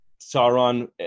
sauron